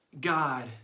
God